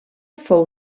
fou